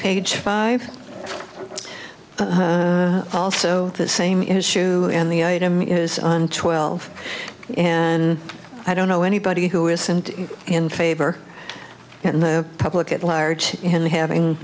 page five also that same issue in the item is on twelve and i don't know anybody who isn't in favor and the public at large in having